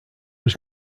was